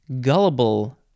Gullible